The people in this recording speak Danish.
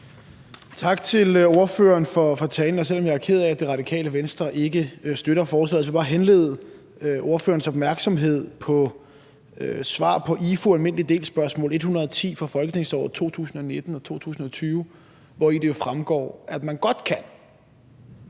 Tak til ordføreren for talen. Selv om jeg er ked af, at Det Radikale Venstre ikke støtter forslaget, vil jeg bare henlede ordførerens opmærksomhed på IFU, alm. del – svar på spørgsmål 110 fra folketingsåret 2019-20, hvori det fremgår, at man godt kan